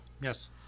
Yes